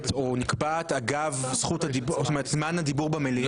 או נקבעת אגב זמן הדיבור במליאה?